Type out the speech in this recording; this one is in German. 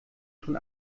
schon